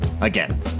Again